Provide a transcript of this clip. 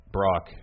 Brock